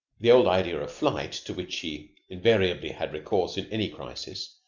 the old idea of flight, to which he invariably had recourse in any crisis,